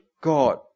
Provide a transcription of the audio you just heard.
God